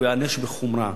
הוא ייענש בחומרה.